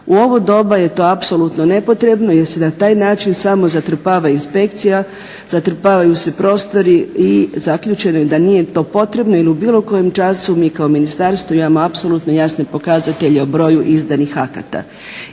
U ovo doba je to apsolutno nepotrebno jer se na taj način samo zatrpava inspekcija, zatrpavaju se prostori i zaključeno je da nije to potrebno jer u bilo kojem času mi kao ministarstvo imamo apsolutno jasne pokazatelje o broju izdanih akata.